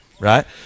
Right